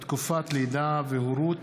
תקופת לידה והורות